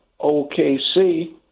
OKC